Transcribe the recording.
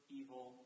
evil